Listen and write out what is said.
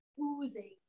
oozing